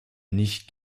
nicht